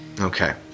Okay